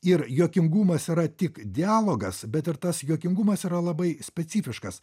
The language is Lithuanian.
ir juokingumas yra tik dialogas bet ir tas juokingumas yra labai specifiškas